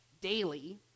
daily